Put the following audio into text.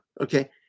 Okay